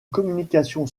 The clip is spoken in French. communication